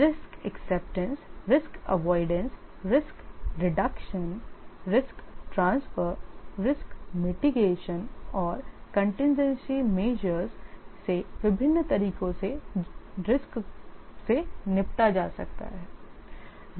risk acceptance risk avoidance risk reduction risk transfer risk mitigation और contingency measure से विभिन्न तरीकों से रिस्क से निपटा जा सकता है